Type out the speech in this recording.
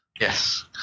Yes